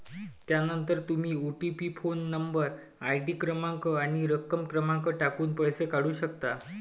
त्यानंतर तुम्ही OTP phone number, ID क्रमांक आणि रक्कम क्रमांक टाकून पैसे काढू शकता